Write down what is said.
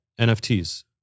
NFTs